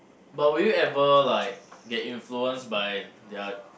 but will you ever like get influenced by their